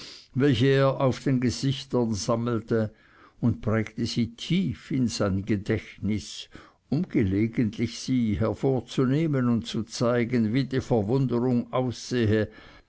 welche er auf den gesichtern sammelte und prägte sie tief in sein gedächtnis um gelegentlich sie hervorzunehmen und zu zeigen wie die verwunderung aussehe